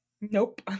Nope